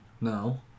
No